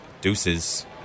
Deuces